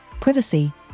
privacy